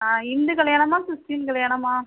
ஆ இந்து கல்யாணமாக கிறிஸ்டின் கல்யாணமா